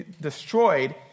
destroyed